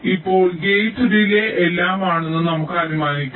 ഇപ്പോൾ gate delay എല്ലാം ആണെന്ന് നമുക്ക് അനുമാനിക്കാം